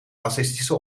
racistische